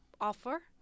offer